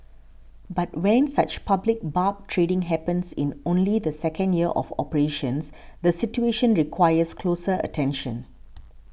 but when such public barb trading happens in only the second year of operations the situation requires closer attention